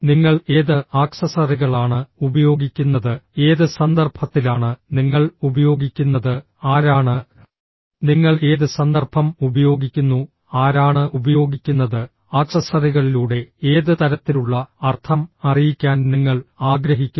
നിങ്ങൾ ഏത് ആക്സസറികളാണ് ഉപയോഗിക്കുന്നത് ഏത് സന്ദർഭത്തിലാണ് നിങ്ങൾ ഉപയോഗിക്കുന്നത് ആരാണ് നിങ്ങൾ ഏത് സന്ദർഭം ഉപയോഗിക്കുന്നു ആരാണ് ഉപയോഗിക്കുന്നത് ആക്സസറികളിലൂടെ ഏത് തരത്തിലുള്ള അർത്ഥം അറിയിക്കാൻ നിങ്ങൾ ആഗ്രഹിക്കുന്നു